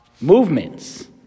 movements